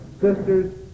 sisters